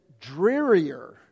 drearier